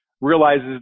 realizes